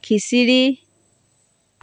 খিচিৰি